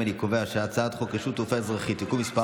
את הצעת חוק רשות תעופה אזרחית (תיקון מס'